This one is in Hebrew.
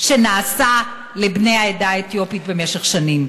שנעשה לבני העדה האתיופית במשך שנים.